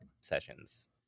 sessions